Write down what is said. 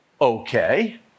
Okay